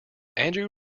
andrew